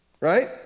Right